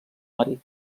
marí